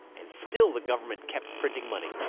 and still the government kept printing money,